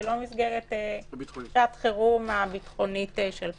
היא לא מסגרת שעת חירום ביטחונית של פעם.